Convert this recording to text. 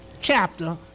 chapter